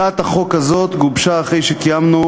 הצעת החוק הזאת גובשה אחרי שקיימנו,